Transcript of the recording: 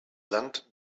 land